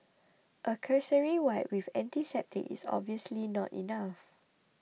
a cursory wipe with antiseptic is obviously not enough